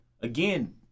again